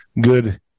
good